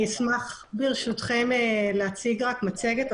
אני אשמח ברשותכם להציג מצגת.